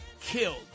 killed